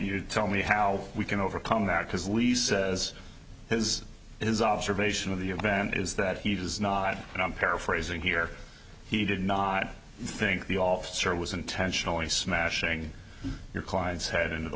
you to tell me how we can overcome that because lisa says his his observation of the event is that he does not and i'm paraphrasing here he did not think the officer was intentionally smashing your client's head into the